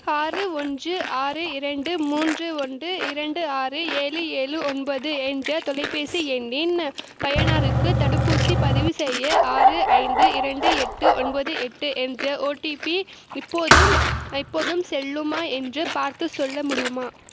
ஆறு ஒன்று ஆறு இரண்டு மூன்று ஒன்று இரண்டு ஆறு ஏழு ஏழு ஒன்பது என்ற தொலைபேசி எண்ணின் பயனருக்கு தடுப்பூசி பதிவுசெய்ய ஆறு ஐந்து இரண்டு எட்டு ஒன்பது எட்டு என்ற ஓடிபி இப்போதும் இப்போதும் செல்லுமா என்று பார்த்துச் சொல்ல முடியுமா